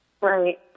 Right